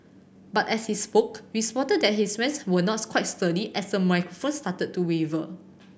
but as he spoke we spotted that his were not quite sturdy as the microphone started to waver